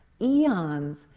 eons